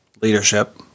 leadership